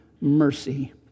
mercy